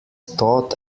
taught